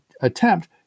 attempt